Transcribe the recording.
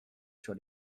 sur